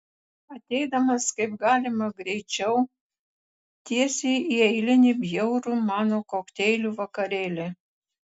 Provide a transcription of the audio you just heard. ateidamas kaip galima greičiau tiesiai į eilinį bjaurų mano kokteilių vakarėlį